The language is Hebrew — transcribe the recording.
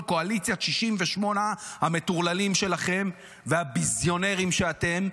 קואליציית 68 המטורללים שלכם והבזיונרים שאתם.